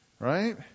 right